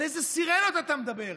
על איזה סירנות אתה מדבר?